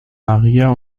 maria